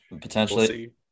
Potentially